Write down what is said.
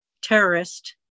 terrorist